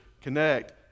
connect